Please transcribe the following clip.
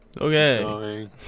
Okay